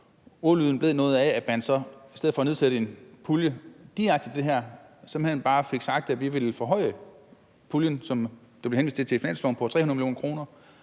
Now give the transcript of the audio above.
ordlyden blive noget i retning af, at vi så i stedet for at oprette en pulje direkte til det her simpelt hen bare får sagt, at vi vil forhøje puljen, som der bliver henvist til, i finansloven med 300 mio. kr.,